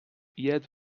yet